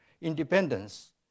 independence